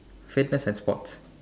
fitness and sports